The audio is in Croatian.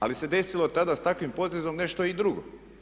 Ali se desilo tada s takvim potezom nešto i drugo.